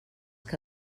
que